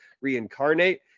reincarnate